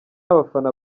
abafana